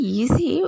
easy